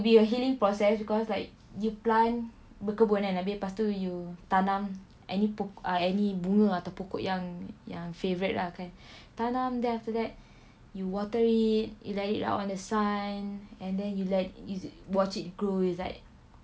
be a healing process because like you plant berkebun I mean lepas tu you tanam any pokok ah any bunga atau pokok yang yang favourite lah kan tanam then after that you water it you let it out on the sun and then you like you watch it grow it's like